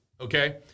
Okay